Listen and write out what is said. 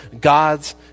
God's